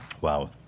Wow